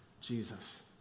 Jesus